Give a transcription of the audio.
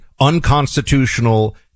unconstitutional